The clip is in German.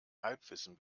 halbwissen